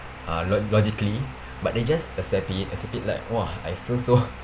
uh lo~ logically but they just accept it accept it like !wah! I feel so